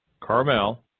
Carmel